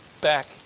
back